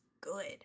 good